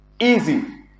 easy